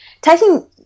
taking –